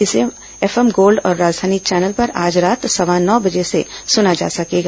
इसे FM gold और Rajdhani channel पर आज रात सवा नौ बजे से सुना जा सकेगा